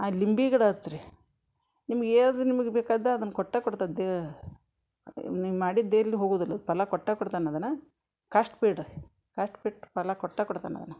ಲಿಂಬೆ ಗಿಡ ಹಚ್ರಿ ನಿಮ್ಗೆ ಯೇದು ನಿಮ್ಗೆ ಬೇಕಾದ್ದು ಅದನ್ನು ಕೊಟ್ಟೇ ಕೊಡ್ತದೆ ದೇ ನೀವು ಮಾಡಿದ್ದು ಎಲ್ಲೂ ಹೋಗುವುದಿಲ್ಲ ಅದು ಫಲ ಕೊಟ್ಟೇ ಕೊಡ್ತಾನೆ ಅದನ್ನು ಕಷ್ಟ ಬಿಡಿರಿ ಕಷ್ಟ ಬಿಟ್ಟು ಫಲ ಕೊಟ್ಟೇ ಕೊಡ್ತಾನೆ ಅದನ್ನು